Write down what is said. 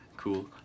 Cool